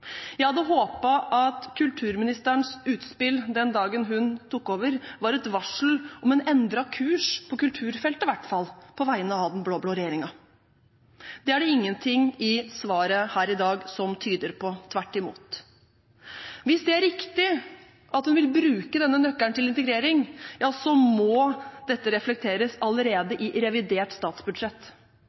Jeg hadde håpet at kulturministerens utspill den dagen hun tok over, var et varsel om en endret kurs i hvert fall på kulturfeltet, på vegne av den blå-blå regjeringen. Det er det ingenting i svaret her i dag som tyder på – tvert imot. Hvis det er riktig at hun vil bruke denne nøkkelen til integrering, må dette reflekteres allerede i revidert statsbudsjett.